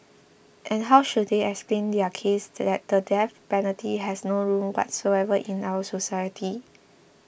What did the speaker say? and how should they explain their case that the death penalty has no room whatsoever in our society